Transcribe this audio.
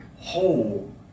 whole